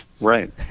Right